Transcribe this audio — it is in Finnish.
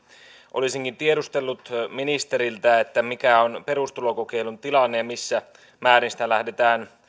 olisinkin tiedustellut ministeriltä mikä on perustulokokeilun tilanne ja missä määrin sitä lähdetään